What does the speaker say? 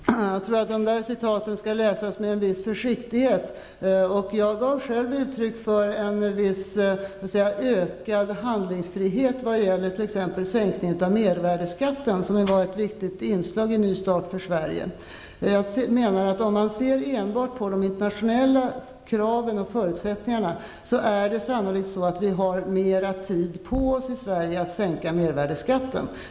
Herr talman! Jag tycker att de citaten skall läsas med en viss försiktighet. Jag har själv gett uttryck för en viss ökad handlingsfrihet vad gäller t.ex. sänkningen av mervärdesskatten, som var ett viktigt inslag i Ny Start För Sverige. Ser vi enbart på de internationella kraven och förutsättningarna, har vi sannolikt mer tid på oss i Sverige att sänka mervärdesskatten.